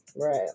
right